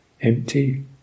empty